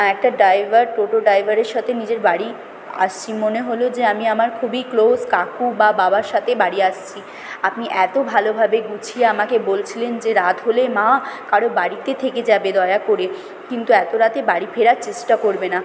একটা ড্রাইভার টোটো ড্রাইভারের সাথে নিজের বাড়ি আসছি মনে হলো যে আমি আমার খুবই ক্লোজ কাকু বা বাবার সাথে বাড়ি আসছি আপনি এত ভালোভাবে গুছিয়ে আমাকে বলছিলেন যে রাত হলে মা কারও বাড়িতে থেকে যাবে দয়া করে কিন্তু এত রাতে বাড়ি ফেরার চেষ্টা করবে না